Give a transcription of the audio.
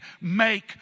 make